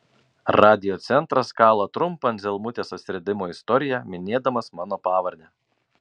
radiocentras kala trumpą anzelmutės atsiradimo istoriją minėdamas mano pavardę